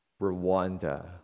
Rwanda